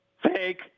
fake